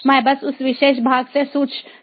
मैं बस उस विशेष भाग से चुन सकता हूं